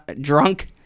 drunk